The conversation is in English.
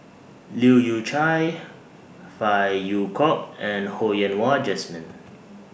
Leu Yew Chye Phey Yew Kok and Ho Yen Wah Jesmine